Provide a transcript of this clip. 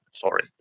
sorry